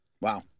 Wow